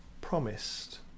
promised